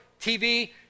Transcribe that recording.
TV